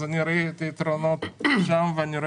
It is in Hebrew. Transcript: אז אני רואה את היתרונות שם ואני רואה